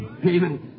Amen